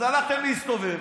אז הלכתם להסתובב